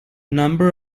number